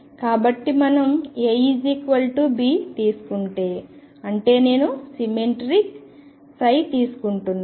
కాబట్టి మనం A B తీసుకుందాం అంటే నేను సిమెట్రిక్ తీసుకుంటున్నాను